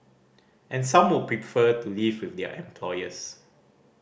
and some would prefer to live with their employers